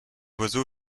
oiseau